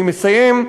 אני מסיים.